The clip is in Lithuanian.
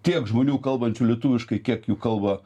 tiek žmonių kalbančių lietuviškai kiek jų kalba